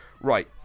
right